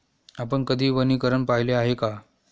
आपण कधी वनीकरण पाहिले आहे का?